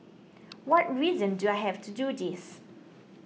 what reason do I have to do this